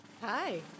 Hi